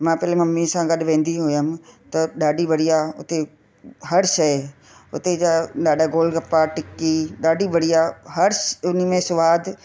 मां पहिले मम्मी सां गॾु वेंदी हुयमि त ॾाढी बढ़िया हुते हर शइ हुते जा ॾाढा गोलगप्पा टिक्की ॾाढी बढ़िया हर उनमें स्वादु